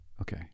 Okay